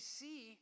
see